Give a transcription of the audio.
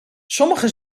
sommige